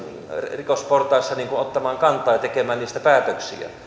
rikosportaissa ottamaan kantaa ja tekemään niistä päätöksiä